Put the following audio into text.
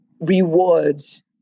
rewards